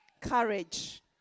Courage